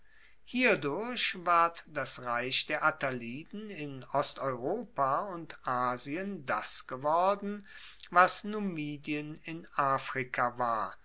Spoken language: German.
hierdurch war das reich der attaliden in osteuropa und asien das geworden was numidien in afrika war